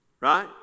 Right